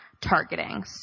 targeting